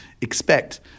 expect –